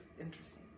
interesting